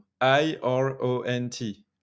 I-R-O-N-T